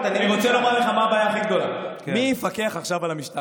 אבל אתה יודע מה עכשיו המעשה